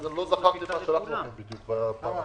לא זכרתי מה שלחתי לכם בדיוק בפעם האחרונה.